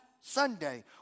Sunday